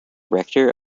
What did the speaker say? rector